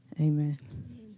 Amen